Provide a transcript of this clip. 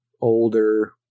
older